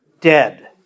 dead